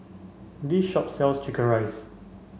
this shop sells chicken rice